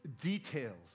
details